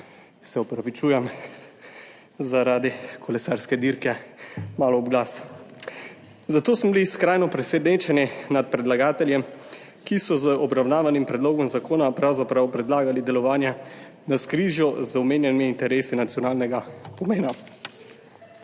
zadihanosti]; zaradi kolesarske dirke sem malo ob glas –, zato smo bili skrajno presenečeni nad predlagatelji, ki so z obravnavanim predlogom zakona pravzaprav predlagali delovanje v navzkrižju z omenjenimi interesi nacionalnega pomena.